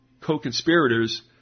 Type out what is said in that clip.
co-conspirators